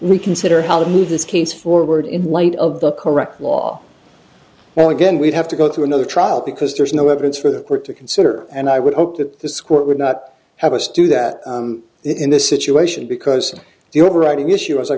reconsider how to move this case forward in light of the correct law well again we'd have to go through another trial because there's no evidence for the court to consider and i would hope that this court would not have us do that in this situation because the overriding issue as i